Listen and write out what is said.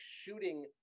shooting